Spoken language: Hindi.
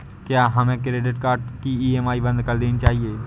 क्या हमें क्रेडिट कार्ड की ई.एम.आई बंद कर देनी चाहिए?